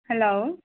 hello